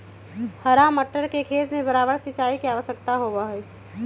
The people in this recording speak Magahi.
हरा मटर के खेत में बारबार सिंचाई के आवश्यकता होबा हई